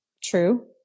True